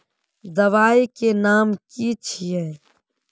दबाई के नाम की छिए?